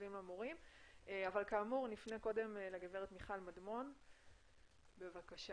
כאמור, נפנה קודם לגברת מיכל מדמון, בבקשה.